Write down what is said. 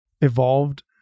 evolved